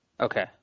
Okay